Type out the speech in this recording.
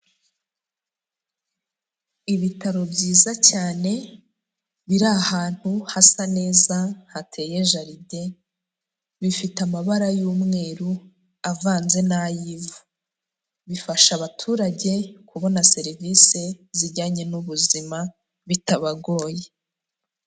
Ibitaro byiza cyane biri ahantu hasa neza hateye jaride, bifite amabara y'umweru avanze n'ay'ivu, bifasha abaturage kubona serivisi zijyanye n'ubuzima bitabagoye.